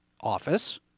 office